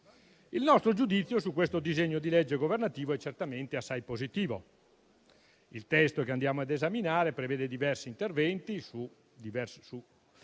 Il nostro giudizio su questo disegno di legge governativo è certamente assai positivo. Il testo che andiamo a esaminare prevede diversi interventi su